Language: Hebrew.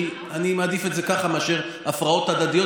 כי אני מעדיף את זה ככה מאשר הפרעות הדדיות,